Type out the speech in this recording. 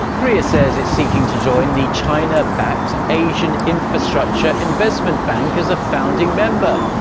korea says it's seeking to join the china-backed asian infrastructure investment bank as a founding member,